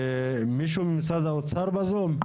מישהו ממשרד האוצר בזום?